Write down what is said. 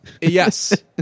Yes